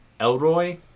Elroy